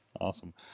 Awesome